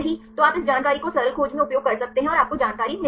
तो आप इस जानकारी को सरल खोज में उपयोग कर सकते हैं और आपको जानकारी मिल जाएगी